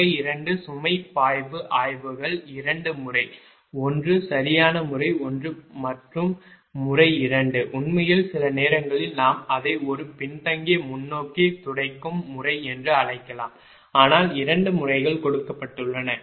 முறை 2 சுமை பாய்வு ஆய்வுகள் 2 முறை 1 சரியான முறை 1 மற்றும் முறை 2 உண்மையில் சில நேரங்களில் நாம் அதை ஒரு பின்தங்கிய முன்னோக்கி துடைக்கும் முறை என்று அழைக்கலாம் ஆனால் 2 முறைகள் கொடுக்கப்பட்டுள்ளன